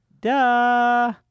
Duh